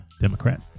Democrat